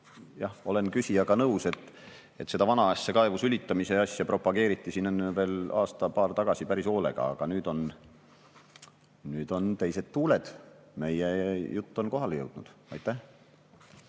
jah, olen küsijaga nõus, et seda vanasse kaevu sülitamise asja propageeriti veel aasta-paar tagasi päris hoolega, aga nüüd on teised tuuled, meie jutt on kohale jõudnud. Aitäh!